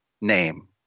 name